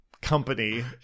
company